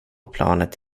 planet